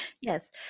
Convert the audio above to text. yes